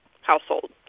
household